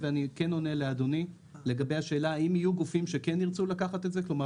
אין למקור